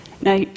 Now